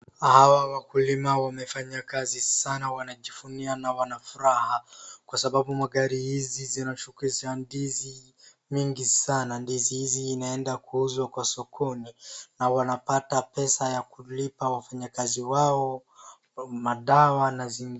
Hawa wakulima wamefanya kazi sana wanajivunia na wana furaha kwa sababu gari hizi zinachukiza ndizi nyingi sana. Ndizi hizi inaenda kuuzwa kwa sokoni na wanapata pesa ya kulipa wafanyakazi wao, madawa na zingine.